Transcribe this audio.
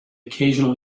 occasional